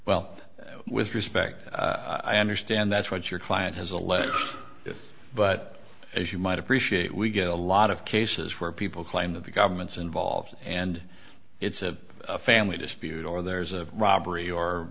well with respect i understand that's what your client has alleged but as you might appreciate we get a lot of cases where people claim that the government's involved and it's a family dispute or there's a robbery or